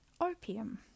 opium